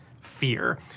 fear